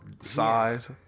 size